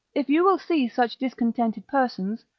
if you will see such discontented persons,